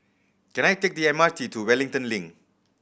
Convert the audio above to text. can I take the M R T to Wellington Link